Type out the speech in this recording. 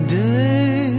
day